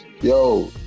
yo